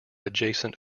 adjacent